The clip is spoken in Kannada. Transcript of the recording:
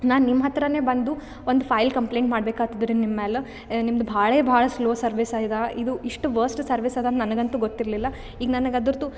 ನ ನಿಮ್ಮ ಹತ್ರ ಬಂದು ಒಂದು ಫೈಲ್ ಕಂಪ್ಲೆಂಟ್ ಮಾಡ್ಬೇಕು ಆಗ್ತದ ನಿಮ್ಮ ಮೇಲೆ ನಿಮ್ದು ಭಾಳ ಭಾಳ ಸ್ಲೋ ಸರ್ವಿಸ್ ಆಗ್ಯದ ಇದು ಇಷ್ಟು ವರ್ಸ್ಟ್ ಸರ್ವಿಸ್ ಅದ ನನಗಂತೂ ಗೊತ್ತಿರಲಿಲ್ಲ ಈಗ ನನಗೆ ಅದ್ರದ್ದು